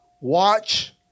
watch